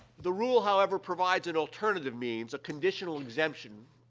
the rule, however, provides an alternative means, a conditional exemption,